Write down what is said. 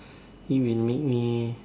it will make me